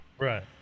Right